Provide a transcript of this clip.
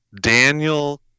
Daniel